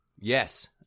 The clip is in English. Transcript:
Yes